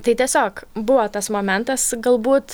tai tiesiog buvo tas momentas galbūt